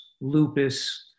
lupus